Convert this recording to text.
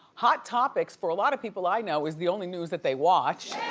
hot topics for a lot of people i know is the only news that they watch.